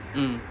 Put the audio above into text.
mm